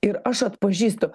ir aš atpažįstu